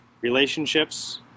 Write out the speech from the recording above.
relationships